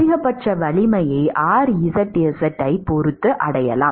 அதிகபட்ச வலிமையை rzz ஐப் பொறுத்து அடையலாம்